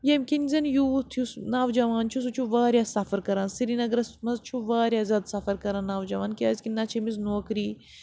ییٚمہِ کِنۍ زَن یوٗتھ یُس نوجوان چھُ سُہ چھُ واریاہ سَفر کران سریٖنگرس منٛز چھُ واریاہ زیادٕ سَفر کران نوجوان کیازِ کہِ نہ چھِ أمِس نوکری